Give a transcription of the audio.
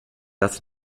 das